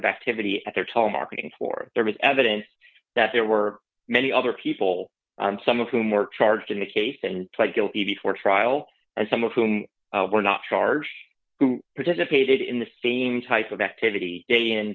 of activity at their telemarketing for there was evidence that there were many other people some of whom were charged in the case and pled guilty before trial and some of whom were not charged who participated in the same type of activity day in